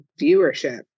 viewership